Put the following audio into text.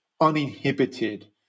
uninhibited